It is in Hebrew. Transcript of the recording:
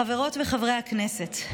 חברות וחברי הכנסת,